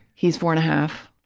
he's four and a half.